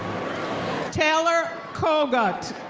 taylor kogut.